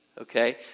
okay